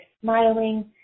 smiling